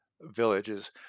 villages